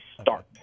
start